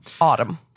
Autumn